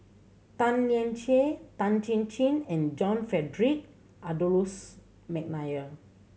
Tan Lian Chye Tan Chin Chin and John Frederick Adolphus McNair